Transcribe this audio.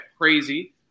crazy